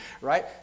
right